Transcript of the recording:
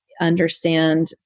understand